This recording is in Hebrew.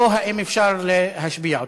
או האם אפשר להשביע אותו?